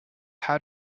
how